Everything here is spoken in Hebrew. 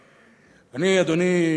אדוני,